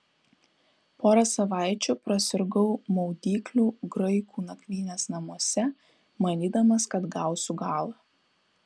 porą savaičių prasirgau maudyklių graikų nakvynės namuose manydamas kad gausiu galą